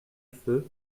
feu